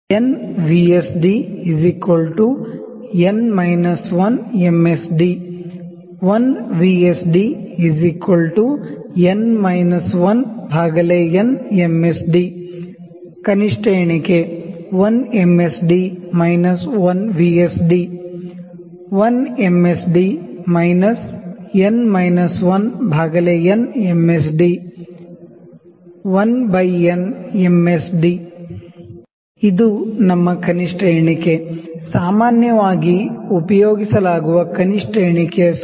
n V S D M S D 1 V S D n M S D least count 1 M S D 1 V S D 1 M S D n M S D 1n M S D ಇದು ನಮ್ಮ least count ಸಾಮಾನ್ಯವಾಗಿ ಉಪಯೋಗಿಸಲಾಗುವ least count ಯ ಸೂತ್ರ